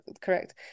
correct